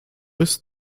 ist